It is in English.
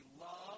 love